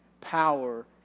power